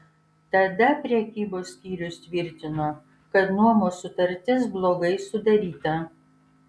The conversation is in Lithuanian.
tada prekybos skyrius tvirtino kad nuomos sutartis blogai sudaryta